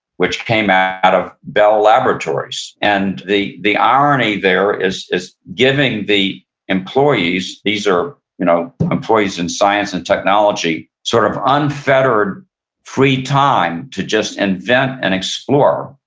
which came out out of bell laboratories and the the irony there is is giving the employees, these are you know employees in science and technology, sort of unfettered free time to just invent and explore,